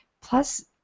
plus